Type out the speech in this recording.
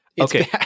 okay